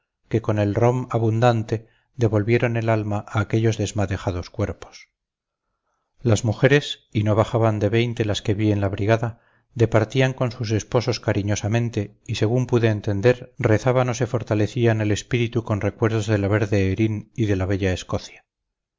que con el rom abundante devolvieron el alma a aquellos desmadejados cuerpos las mujeres y no bajaban de veinte las que vi en la brigada departían con sus esposos cariñosamente y según pude entender rezaban o se fortalecían el espíritu con recuerdos de la verde erín y de la bella escocia